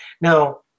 Now